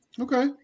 Okay